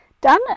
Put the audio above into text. done